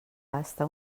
pasta